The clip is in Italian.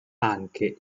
anche